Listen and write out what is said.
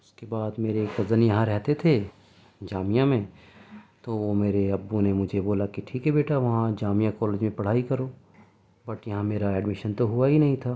اس کے بعد میرے کزن یہاں رہتے تھے جامعہ میں تو وہ میرے ابو نے مجھے بولا کہ ٹھیک ہے بیٹا وہاں جامعہ کالج میں پڑھائی کرو بٹ یہاں میرا ایڈمیشن تو ہوا ہی نہیں تھا